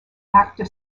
actor